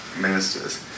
ministers